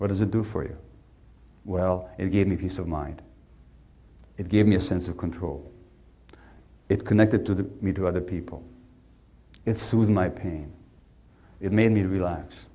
what does it do for you well it gave me peace of mind it gave me a sense of control it connected to the me to other people it soothed my pain it made me re